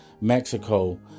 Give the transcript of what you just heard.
Mexico